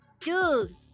dude